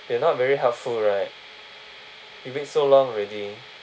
they're not very helpful right you wait so long already